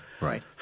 right